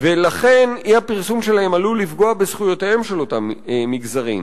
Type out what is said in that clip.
ולכן אי-הפרסום שלהן עלול לפגוע בזכויותיהם של אותם מגזרים.